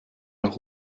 noch